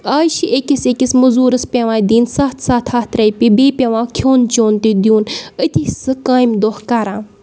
اَز چھِ أکِس أکِس مٔزوٗرَس پٮ۪وان دِنۍ سَتھ سَتھ ہَتھ رَپیہِ بیٚیہِ پٮ۪وان کھیوٚن چیوٚن تہِ دیُٚن أتی سُہ کامہِ دۄہ کَران